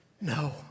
no